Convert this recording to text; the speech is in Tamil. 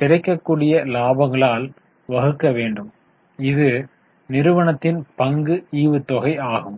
கிடைக்கக்கூடிய இலாபங்களால் வகுக்க வேண்டும் இது நிறுவனத்தின் பங்கு ஈவுத்தொகை ஆகும்